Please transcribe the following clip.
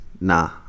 Nah